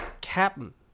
captain